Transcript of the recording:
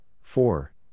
four